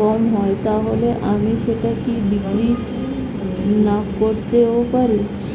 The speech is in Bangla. কম হয় তাহলে আমি সেটা কি বিক্রি নাকরতেও পারি?